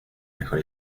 mejor